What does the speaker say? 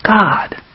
God